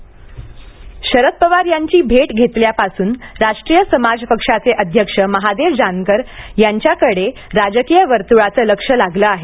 महादेव जानकर शरद पवार यांची भेट घेतल्यापासून राष्ट्रीय समाज पक्षाचे अध्यक्ष महादेव जानकर यांच्याकडे राजकीय वर्तूळाचं लक्ष लागलं आहे